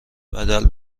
بدل